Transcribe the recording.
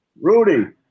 rudy